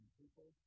people